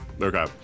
Okay